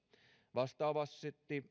vastaavasti